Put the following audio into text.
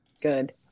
good